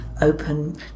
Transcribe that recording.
open